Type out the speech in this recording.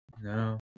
no